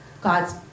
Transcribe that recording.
God's